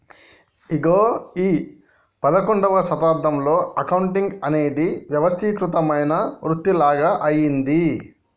ఇగో ఈ పందొమ్మిదవ శతాబ్దంలో అకౌంటింగ్ అనేది వ్యవస్థీకృతమైన వృతిలాగ అయ్యింది